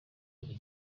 buri